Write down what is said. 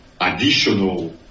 additional